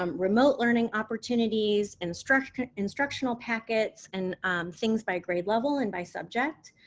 um remote learning opportunities, instructional instructional packets, and things by grade level and by subject.